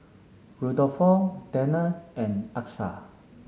Rudolfo Tanner and Achsah